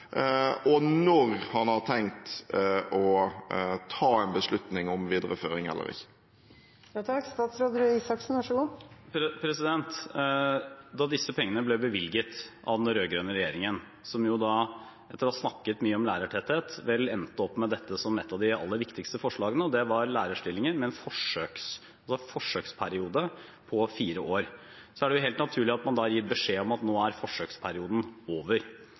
og når har han tenkt å ta en beslutning om videreføring eller ikke? Disse pengene ble bevilget av den rød-grønne regjeringen, som etter å ha snakket mye om lærertetthet vel endte med dette som et av de aller viktigste forslagene: lærerstillinger i en forsøksperiode på fire år. Da er det helt naturlig at man gir beskjed om at nå er forsøksperioden over.